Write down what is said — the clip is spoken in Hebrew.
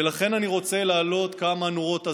ולכן אני רוצה להציג כמה נורות אזהרה.